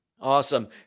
Awesome